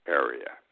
area